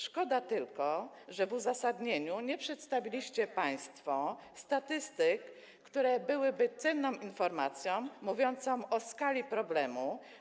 Szkoda tylko, że w uzasadnieniu nie przedstawiliście państwo statystyk, które byłyby cenną informacją mówiącą o skali problemu.